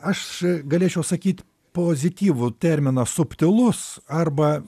aš galėčiau sakyt pozityvų terminą subtilus arba